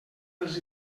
dels